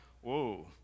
whoa